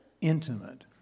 intimate